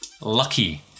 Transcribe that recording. lucky